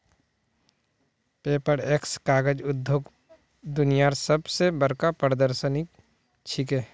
Paperex कागज उद्योगत दुनियार सब स बढ़का प्रदर्शनी छिके